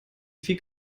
viele